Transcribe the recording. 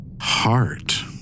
Heart